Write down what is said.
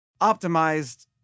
optimized